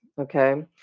okay